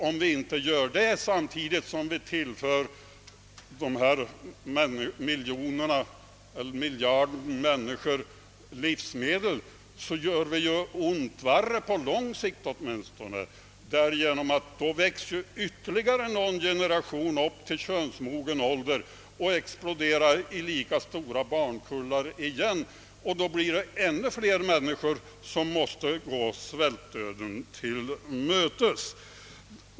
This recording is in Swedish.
Om vi inte lyckas göra det samtidigt som vi tillför dessa miljarder människor livsmedel gör vi på lång sikt ont värre, ty då växer ju ytterligare någon generation upp till könsmogen ålder och exploderar i lika stora barnkullar, och ännu fler människor måste gå svältdöden till mötes.